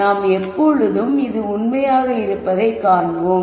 நாம் எப்போதும் இது உண்மையாக இருப்பதைக் காண்போம்